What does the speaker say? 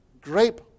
grape